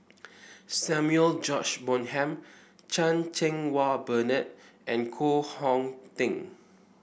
Samuel George Bonham Chan Cheng Wah Bernard and Koh Hong Teng